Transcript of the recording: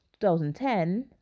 2010